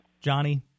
Johnny